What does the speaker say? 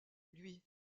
lui